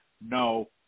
no